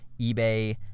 eBay